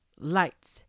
Lights